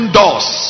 doors